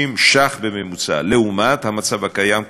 ש"ח בממוצע לעומת המצב הקיים היום.